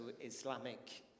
Islamic